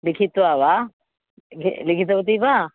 लिखित्वा वा लि लिखितवती वा